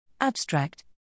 Abstract